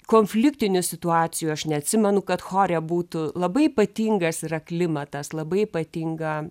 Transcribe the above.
konfliktinių situacijų aš neatsimenu kad chore būtų labai ypatingas yra klimatas labai ypatinga